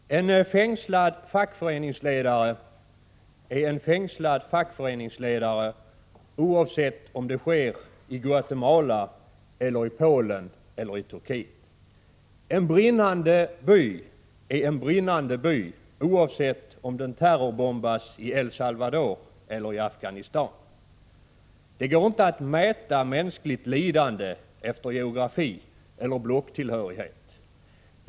Fru talman! En fängslad fackföreningsledare är en fängslad fackföreningsledare, oavsett om fängslandet sker i Guatemala eller i Polen eller i Turkiet. En brinnande by är en brinnande by, oavsett om den terrorbombas i El Salvador eller i Afghanistan. Det går inte att mäta mänskligt lidande efter geografi eller blocktillhörighet.